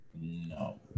no